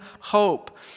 hope